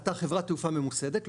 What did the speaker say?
אתה חברת תעופה ממוסדת,